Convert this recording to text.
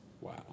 Wow